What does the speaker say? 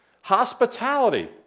Hospitality